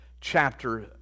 chapter